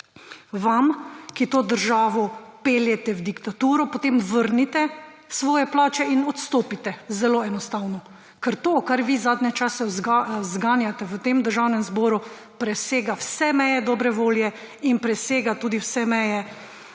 vam, ki to državo peljete v diktaturo, potem vrnite svoje plače in odstopite. Zelo enostavno. Ker to, kar vi zadnje čase zganjate v tem državnem zboru, presega vse meje dobre volje in presega tudi vse meje